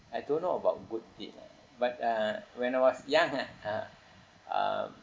I don't know about good deed lah but uh when I was young ah uh um